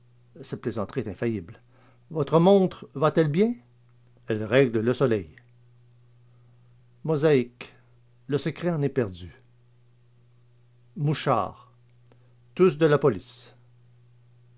cette plaisanterie est infaillible votre montre va-t-elle bien elle règle le soleil mosaïques le secret en est perdu mouchards tous de la police